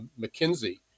McKinsey